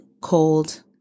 cold